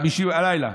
הלילה?